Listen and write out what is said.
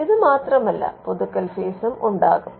ഇത് മാത്രമല്ല പുതുക്കൽ ഫീസും ഉണ്ടാകും